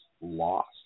Lost